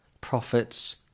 prophets